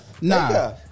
nah